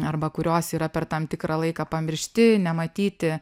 arba kurios yra per tam tikrą laiką pamiršti nematyti